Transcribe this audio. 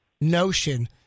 notion